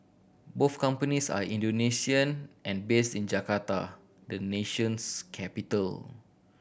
both companies are Indonesian and based in Jakarta the nation's capital